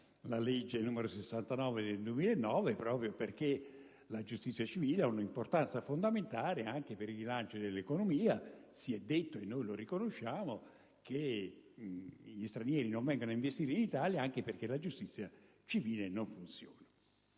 del processo civile proprio perché la giustizia civile ha un'importanza fondamentale anche per il rilancio dell'economia considerato che - si è detto, e noi lo riconosciamo - gli stranieri non vengono ad investire in Italia anche perché la giustizia civile non funziona.